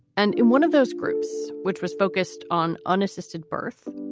and in one of those groups, which was focused on unassisted birth,